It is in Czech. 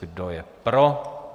Kdo je pro?